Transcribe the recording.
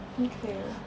mm okay